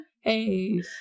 Hey